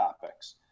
topics